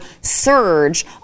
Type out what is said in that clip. surge